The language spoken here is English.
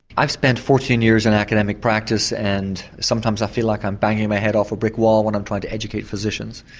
i've spent fourteen years in academic practice and sometimes i feel like i'm banging my head off a brick wall when i'm trying to educate physicians.